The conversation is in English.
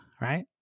Right